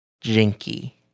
jinky